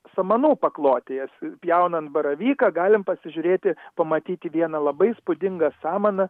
samanų paklotės pjaunant baravyką galim pasižiūrėti pamatyti vieną labai įspūdingą samaną